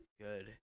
good